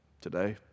Today